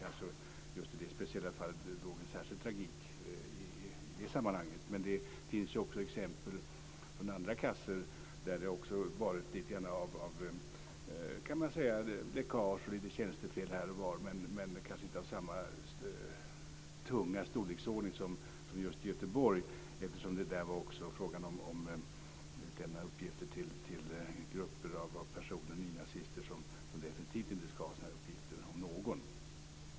Just det speciella fallet låg det kanske en särskild tragik bakom, men det finns också exempel på att det vid andra kassor har varit lite läckage och tjänstefel här och var även om det inte har varit av samma storleksordning som i Göteborg. Där var det ju också fråga om att lämna ut uppgifter till grupper av personer, nynazister, som definitivt inte ska ha sådana här uppgifter, om någon.